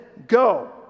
Go